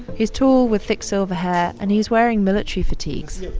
he's tall with thick silver hair, and he's wearing military fatigues.